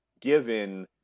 given